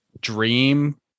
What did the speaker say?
dream